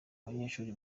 abanyeshuri